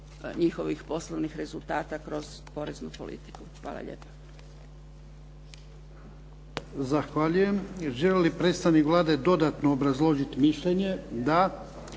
njihovih poslovnih rezultata kroz poreznu politiku. Hvala lijepa.